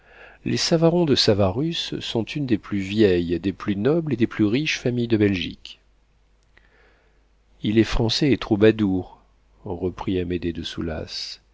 les savaron de savarus sont une des plus vieilles des plus nobles et des plus riches familles de belgique il est français et troubadour reprit amédée de